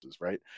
right